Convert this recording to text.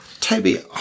Toby